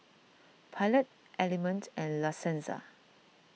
Pilot Element and La Senza